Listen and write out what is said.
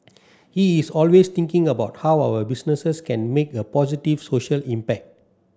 he is always thinking about how our businesses can make a positive social impact